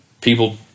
people